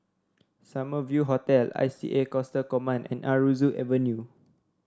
Summer View Hotel I C A Coastal Command and Aroozoo Avenue